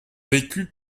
vécu